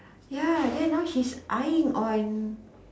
ya then now she's eyeing on